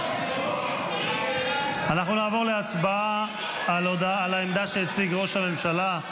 אנחנו נעבור להצבעה על העמדה שהציג ראש הממשלה.